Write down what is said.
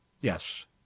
Yes